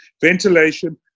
ventilation